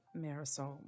Marisol